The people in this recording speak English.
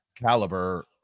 caliber